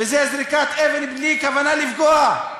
שזו זריקת אבן בלי כוונה לפגוע,